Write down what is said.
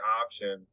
option